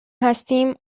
هستیم